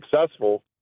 successful